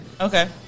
okay